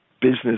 business